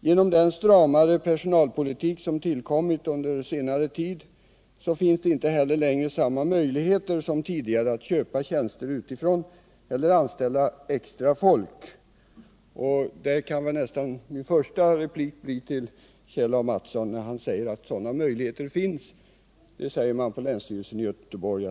Genom den stramare personalpolitik som har förts Nr 110 under senare tid finns det inte heller samma möjligheter som tidigare att köpa Onsdagen den tjänster utifrån eller att anställa extra folk. Kjell Mattsson säger att sådana 5 april 1978 öjligheter finns, men det förnekar man på länsstyrelsen i Göteborg.